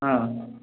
ହଁ